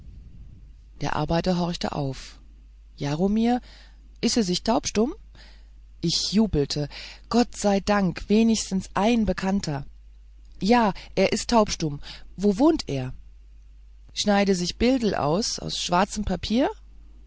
der arbeiter horchte auf jaromir ise sich taubstumm ich jubelte gott sei dank wenigstens ein bekannter ja er ist taubstumm wo wohnt er schneid e sich bildeln aus aus schwarzem pappjir